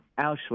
Auschwitz